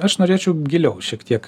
aš norėčiau giliau šiek tiek